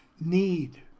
need